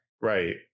right